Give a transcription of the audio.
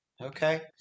okay